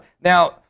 Now